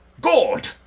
God